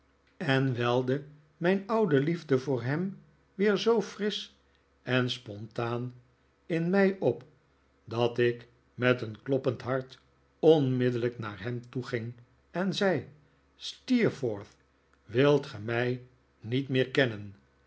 en welde mijn oude liefde voor hem weer zoo frisch en spontaan in mij op dat ik met een kloppend hart onmiddellijk naar hem toe ging en zei steerforth wilt ge mij niet meer kennen